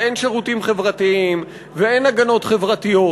אין שירותים חברתיים ואין הגנות חברתיות.